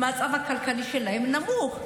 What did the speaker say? שהמצב הכלכלי שלהן נמוך,